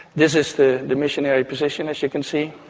this is the the missionary position as you can see,